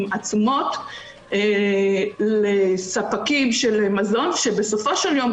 הן עצומות לספקים של מזון שבסופו של יום,